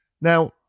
Now